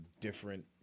different